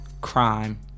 crime